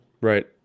right